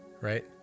Right